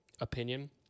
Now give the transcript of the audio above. opinion